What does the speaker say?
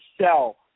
sell